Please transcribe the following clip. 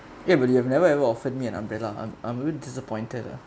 ya but you have never ever offered me an umbrella I'm I'm really disappointed lah